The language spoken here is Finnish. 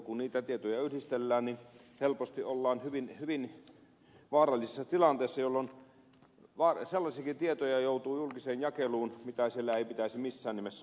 kun niitä tietoja yhdistellään niin helposti ollaan hyvin vaarallisessa tilanteessa jolloin sellaisiakin tietoja joutuu julkiseen jakeluun mitä siellä ei pitäisi missään nimessä olla